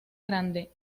grande